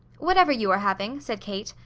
whatever you are having, said kate.